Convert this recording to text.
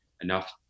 enough